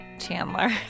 Chandler